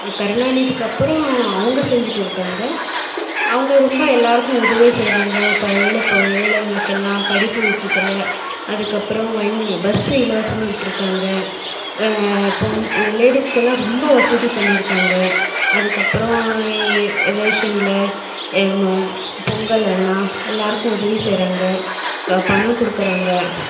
கருணாநிதிக்கு அப்புறம் அவங்க செஞ்சிகிட்டு இருக்காங்க அவங்க ரொம்ப எல்லாருக்கும் உதவி செய்யறாங்க இப்போ ஏழை இப்போ ஏழைங்களுக்கெல்லாம் படிப்பு விஷயத்துல அதுக்கப்புறம் வண் பஸ்ஸு இலவசமாக விட்டுருக்காங்க பொம் லேடிஸ்க்கெல்லாம் ரொம்ப வசதி பண்ணிருக்காங்க அதுக்கப்புறம் எ ரேஷனில் ம பொங்கல் ஆனால் எல்லாருக்கும் உதவி செய்யறாங்க க பணம் கொடுக்குறாங்க